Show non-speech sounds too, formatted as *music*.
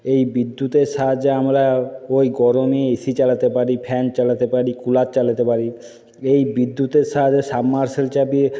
এই বিদ্যুতের সাহায্যে আমরা ওই গরমে এসি চালাতে পারি ফ্যান চালাতে পারি কুলার চালাতে পারি এই বিদ্যুতের সাহায্যে *unintelligible*